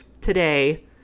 today